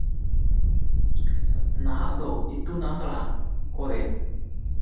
ᱱᱟᱦᱟᱜ ᱫᱚ ᱤᱛᱩᱱ ᱟᱥᱲᱟ ᱠᱚᱨᱮ